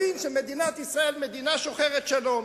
הבין שמדינת ישראל היא מדינה שוחרת שלום.